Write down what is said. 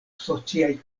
sociaj